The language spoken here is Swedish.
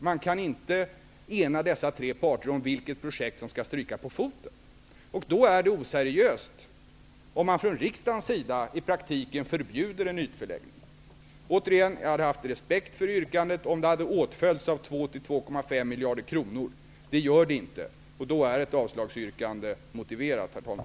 Man kan inte ena dessa tre parter om vilket projekt som skall stryka på foten. Då är det oseriöst om riksdagen i praktiken förbjuder en ytförläggning. Återigen, jag hade haft respekt för yrkandet om det hade åtföljts av 2--2,5 miljarder kronor. Det gör det inte. Då är ett avslagsyrkande motiverat, herr talman.